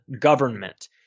government